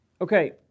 Okay